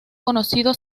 conocido